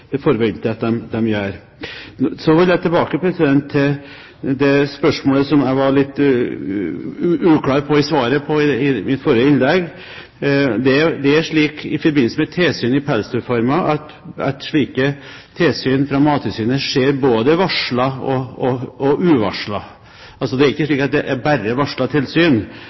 det forventer jeg at de gjør. Så vil jeg tilbake til det spørsmålet som jeg var litt uklar på i mitt forrige innlegg. Det er slik i forbindelse med tilsyn i pelsdyrfarmer at tilsyn fra Mattilsynet skjer både varslet og uvarslet. Det er ikke slik at det bare er varslede tilsyn.